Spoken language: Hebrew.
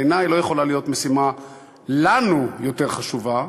בעיני לא יכולה להיות לנו משימה יותר חשובה,